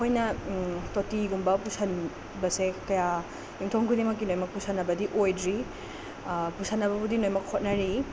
ꯑꯩꯈꯣꯏꯅ ꯇꯣꯇꯤꯒꯨꯝꯕ ꯄꯨꯁꯤꯟꯕꯁꯦ ꯀꯌꯥ ꯌꯨꯝꯊꯣꯡ ꯈꯨꯗꯤꯡꯃꯛꯀꯤ ꯂꯣꯏꯃꯛ ꯄꯨꯁꯤꯟꯅꯕꯗꯤ ꯑꯣꯏꯗ꯭ꯔꯤ ꯄꯨꯁꯤꯟꯅꯕꯕꯨꯗꯤ ꯂꯣꯏꯃꯛ ꯍꯣꯠꯅꯔꯤ